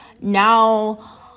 now